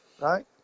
Right